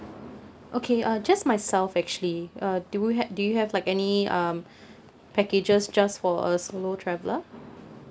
okay uh just myself actually uh do you had do you have like any um packages just for a solo traveller